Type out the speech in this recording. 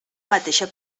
mateixa